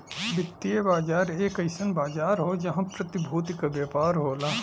वित्तीय बाजार एक अइसन बाजार हौ जहां प्रतिभूति क व्यापार होला